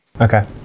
Okay